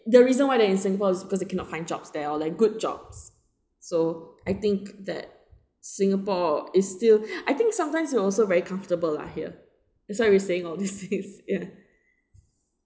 the reason why they are in singapore is because they cannot find jobs there all like good jobs so I think that singapore is still I think sometimes we also very comfortable lah here that's why we're staying all these years